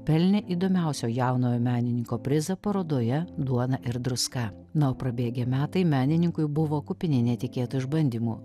pelnė įdomiausio jaunojo menininko prizą parodoje duona ir druska na o prabėgę metai menininkui buvo kupini netikėtų išbandymų